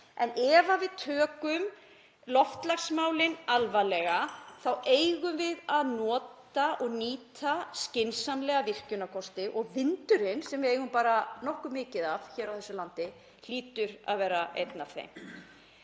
En ef við tökum loftslagsmálin alvarlega þá eigum við að nýta skynsamlega virkjunarkosti og vindurinn, sem við eigum bara nokkuð mikið af hér á þessu landi, hlýtur að vera einn af þeim.